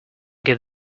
give